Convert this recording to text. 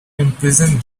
imprison